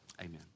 Amen